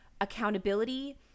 accountability